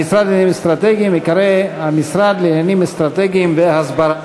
המשרד לעניינים אסטרטגיים ייקרא המשרד לעניינים אסטרטגיים והסברה.